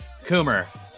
Coomer